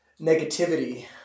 negativity